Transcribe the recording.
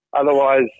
Otherwise